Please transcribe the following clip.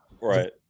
right